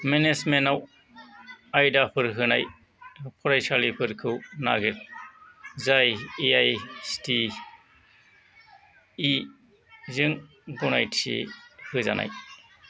मेनेजमेन्टयाव आयदाफोर होनाय फरायसालिफोरखौ नागिर जाय ए आइ सिटि इ जों गनायथि होजानाय